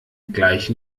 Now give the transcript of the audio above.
gleich